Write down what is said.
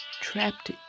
trapped